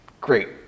great